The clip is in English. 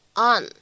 on，